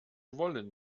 wollen